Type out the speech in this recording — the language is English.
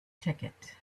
ticket